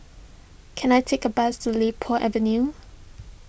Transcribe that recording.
can I take a bus to Li Po Avenue